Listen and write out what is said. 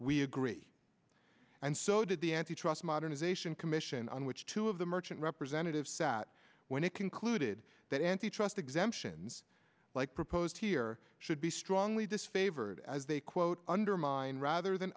we agree and so did the antitrust modernization commission on which two of the merchant representatives sat when it concluded that antitrust exemption was like proposed here should be strongly disfavored as they quote undermine rather than